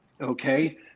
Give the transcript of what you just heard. Okay